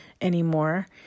anymore